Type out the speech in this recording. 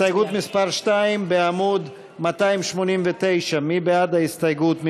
הסתייגות מס' 2 בעמוד 289, מי בעד ההסתייגות?